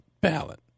ballot